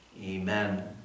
amen